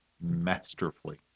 masterfully